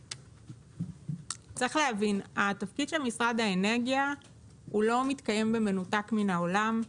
צריך להבין שהתפקיד של משרד האנרגיה לא מתקיים במנותק מהעולם,